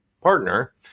partner